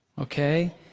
okay